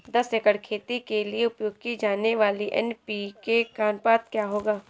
दस एकड़ खेती के लिए उपयोग की जाने वाली एन.पी.के का अनुपात क्या होगा?